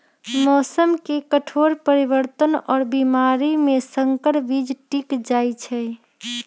मौसम के कठोर परिवर्तन और बीमारी में संकर बीज टिक जाई छई